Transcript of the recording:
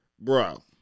bro